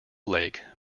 lake